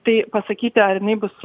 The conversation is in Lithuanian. tai pasakyti ar jinai bus